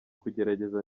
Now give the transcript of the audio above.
kugerageza